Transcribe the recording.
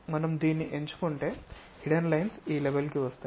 మనం దీన్ని ఎంచుకుంటే హిడెన్ లైన్స్ ఈ లెవెల్ కి వస్తాయి